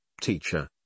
Teacher